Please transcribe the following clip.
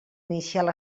inicial